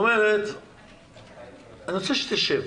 אני רוצה שתשב